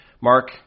Mark